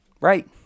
right